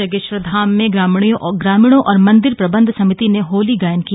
जागेश्वर धाम में ग्रामीणों और मन्दिर प्रबन्धन समिति ने होली गायन किया